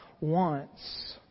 wants